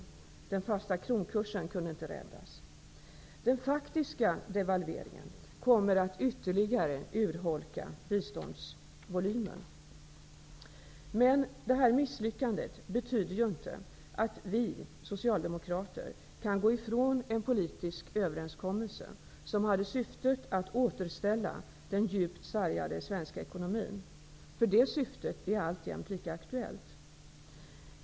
Den fasta kronkursen kunde inte räddas. Den faktiska devalveringen kommer att ytterligare urholka biståndsvolymen. Men detta misslyckande betyder ju inte att vi socialdemokrater kan gå ifrån en politisk överenskommelse som hade som syfte att återställa den djupt sargade svenska ekonomin. Det syftet är alltjämt lika aktuellt.